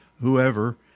whoever